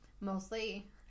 mostly